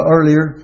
Earlier